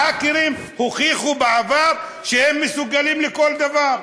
ההאקרים הוכיחו בעבר שהם מסוגלים לכל דבר.